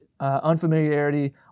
unfamiliarity